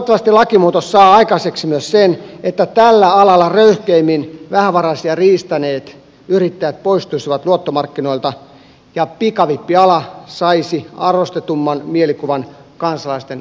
toivottavasti lakimuutos saa aikaiseksi myös sen että tällä alalla röyhkeimmin vähävaraisia riistäneet yrittäjät poistuisivat luottomarkkinoilta ja pikavippiala saisi arvostetumman mielikuvan kansalaisten keskuudessa